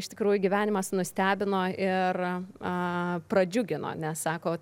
iš tikrųjų gyvenimas nustebino ir pradžiugino nes sako